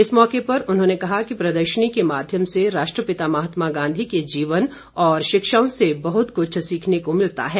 इस मौके पर उन्होंने कहा कि प्रदर्शनी के माध्यम से राष्ट्रपिता महात्मा गांधी के जीवन और शिक्षाओं से बहत कुछ सीखने को मिलता है